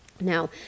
Now